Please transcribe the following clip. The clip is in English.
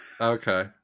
Okay